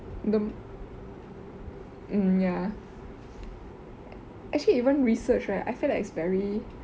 the mm ya actually even research right I feel like it's very